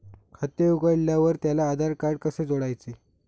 खाते उघडल्यावर त्याला आधारकार्ड कसे जोडायचे?